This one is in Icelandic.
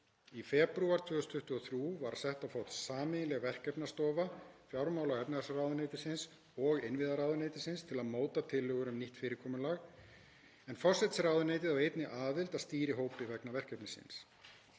Í febrúar 2023 var sett á fót sameiginleg verkefnastofa fjármála- og efnahagsráðuneytisins og innviðaráðuneytisins til að móta tillögur um nýtt fyrirkomulag, en forsætisráðuneytið á einnig aðild að stýrihópi vegna verkefnisins.